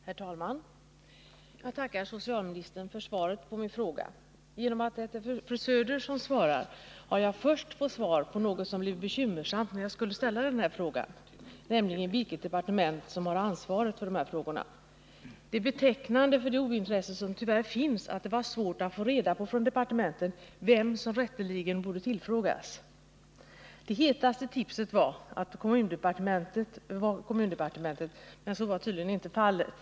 Herr talman! Jag tackar socialministern för svaret på min fråga. Genom att det är fru Söder som svarar har jag nu fått besked om något som blev bekymmersamt när jag skulle ställa den här frågan, nämligen vilket departement som har ansvaret för de här frågorna. Det är betecknande för det ointresse som tyvärr finns att det var svårt att få reda på från departementen vem som rätteligen borde tillfrågas. Det hetaste tipset var kommundepartementet, men det var tydligen inte rätt.